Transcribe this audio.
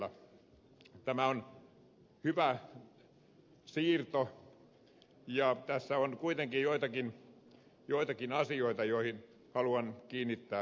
tämä on hyvä siirto mutta tässä on kuitenkin joitakin asioita joihin haluan kiinnittää huomiota